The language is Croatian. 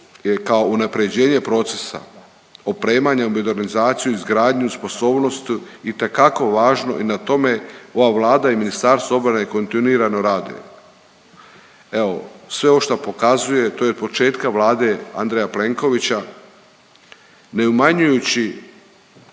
kao unapređenje procesa opremanja, modernizaciju, izgradnju, sposobnost itekako je važno i na tome ova Vlada i Ministarstvo obrane kontinuirano rade. Evo sve ovo što pokazuje to je od početka Vlade Andreja Plenkovića ne umanjujući